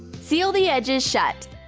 seal the edges shut.